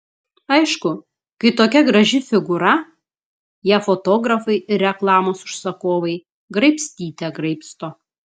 aišku kai tokia graži figūra ją fotografai ir reklamos užsakovai graibstyte graibsto